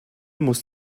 muss